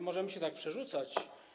Możemy się tak przerzucać.